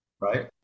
Right